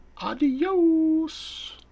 Adios